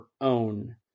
own